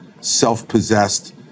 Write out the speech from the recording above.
self-possessed